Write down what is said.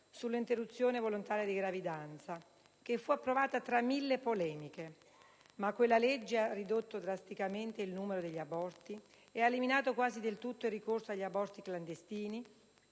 sull'interruzione volontaria di gravidanza, che fu approvata tra mille polemiche. Quella legge, però, ha ridotto drasticamente il numero degli aborti e ha eliminato quasi del tutto il ricorso agli aborti clandestini,